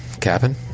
cabin